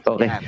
Okay